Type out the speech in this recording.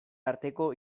arteko